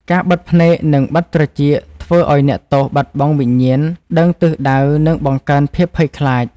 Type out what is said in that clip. ការបិទភ្នែកនិងបិទត្រចៀកធ្វើឱ្យអ្នកទោសបាត់បង់វិញ្ញាណដឹងទិសដៅនិងបង្កើនភាពភ័យខ្លាច។